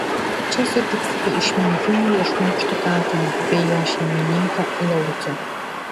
čia sutiksite išmintingą ir šmaikštų katiną bei jo šeimininką laucių